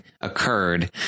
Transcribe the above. occurred